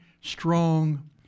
strong